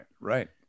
right